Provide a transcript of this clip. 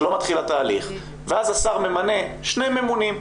שלא מתחיל התהליך ואז השר ממנה שני ממונים.